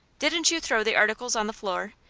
didn't you throw the articles on the floor?